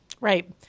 Right